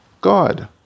God